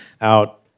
out